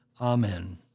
Amen